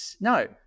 No